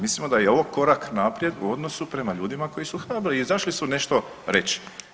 Mislimo da je i ovo korak naprijed u odnosu prema ljudima koji su hrabri i izašli su nešto reći.